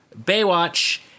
Baywatch